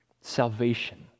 Salvation